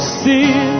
see